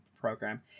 program